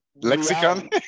lexicon